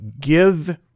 give